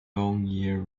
long